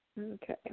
Okay